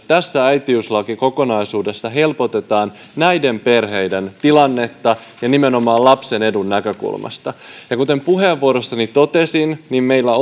tässä äitiyslakikokonaisuudessa helpotetaan näiden perheiden tilannetta ja nimenomaan lapsen edun näkökulmasta ja kuten puheenvuorossani totesin meillä